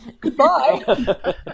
Goodbye